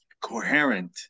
coherent